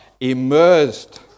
immersed